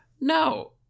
No